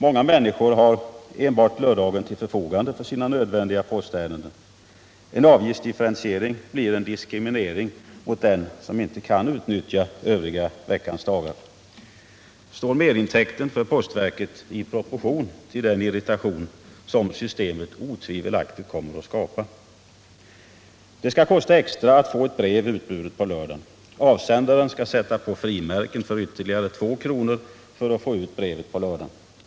Många människor har enbart lördagen till förfogande för sina nödvändiga postärenden. En avgiftsdifferentiering blir en diskriminering av den som inte kan utnyttja veckans övriga dagar. Står merintäkten för postverket i proportion till den irritation som systemet otvivelaktigt kommer att skapa? Det skall kosta extra att få ett brev utburet på lördagen. Avsändaren skall sätta på frimärken för ytterligare 2 kr. för att få ut brevet på lördagen.